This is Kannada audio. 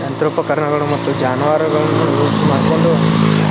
ಯಂತ್ರೋಪಕರಣಗಳು ಮತ್ತು ಜಾನುವಾರುಗಳನ್ನು ಮಾಡಿಕೊಂಡು